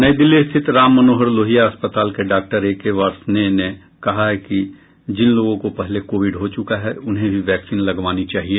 नई दिल्ली स्थिति राम मनोहर लोहिया अस्पताल के डॉक्टर एके वार्ष्णेय ने कहा है कि जिन लोगों को पहले कोविड हो चुका है उन्हें भी वैक्सीन लगवानी चाहिए